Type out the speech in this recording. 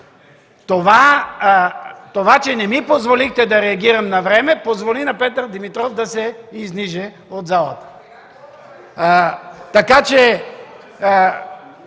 Това, че не ми позволихте да реагирам навреме, позволи на Петър Димитров да се изниже от залата. Така този